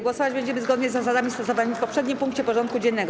Głosować będziemy zgodnie z zasadami stosowanymi w poprzednim punkcie porządku dziennego.